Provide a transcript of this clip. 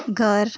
घर